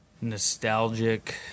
nostalgic